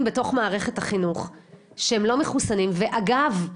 בתוך מערכת החינוך שהם לא מחוסנים ואגב,